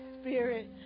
spirit